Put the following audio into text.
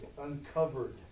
Uncovered